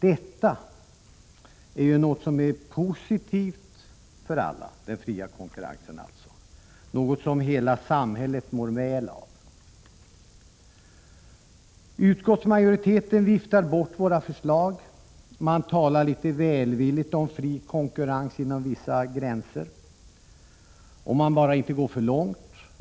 Den fria konkurrensen är ju något som är positivt för alla, något som hela samhället mår väl av. Utskottsmajoriteten viftar bort våra förslag. Man talar litet välvilligt om fri konkurrens inom vissa gränser, men det får inte gå för långt.